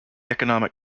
economic